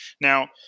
Now